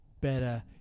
better